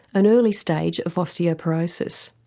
an early stage of osteoporosis.